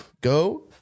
Go